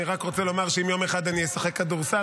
אני רק רוצה לומר שאם יום אחד אני אשחק כדורסל,